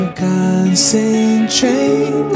concentrate